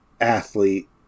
athlete